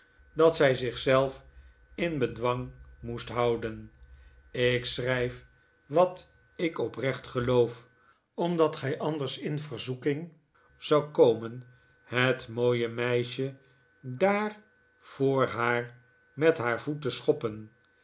dat zij zich zelf in bedwang moest houden ik schrijf wat ik oprecht geloof omdat zij anders in verzoeking zou komen het mooie meisje daar voor haar met haar voet te schoppen